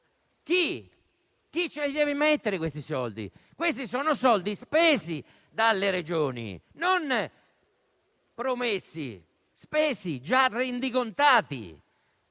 Chi? Chi ce li deve mettere questi soldi? Sono soldi spesi dalle Regioni, non promessi; sono spesi, già rendicontati.